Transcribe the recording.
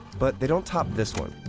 but they don't top this one.